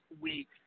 week